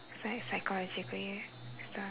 psy~ psychologically